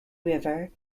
river